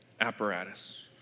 apparatus